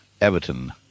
Everton